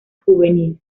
juvenil